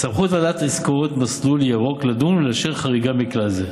בסמכות ועדת עסקות מסלול ירוק לדון ולאשר חריגה מכלל זה".